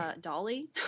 Dolly